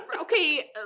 okay